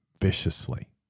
viciously